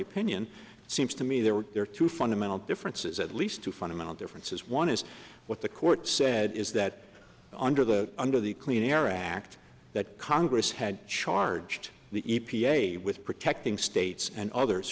opinion it seems to me there are two fundamental differences at least two fundamental differences one is what the court said is that under the under the clean air act that congress had charged the e p a with protecting states and others